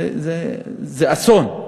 זה אסון.